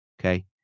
Okay